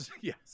Yes